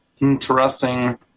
interesting